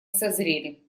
созрели